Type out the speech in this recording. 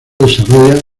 desarrolla